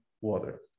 water